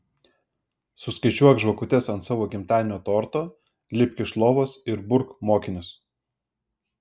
suskaičiuok žvakutes ant savo gimtadienio torto lipk iš lovos ir burk mokinius